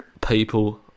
people